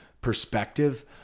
perspective